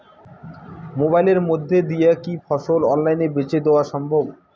মোবাইলের মইধ্যে দিয়া কি ফসল অনলাইনে বেঁচে দেওয়া সম্ভব?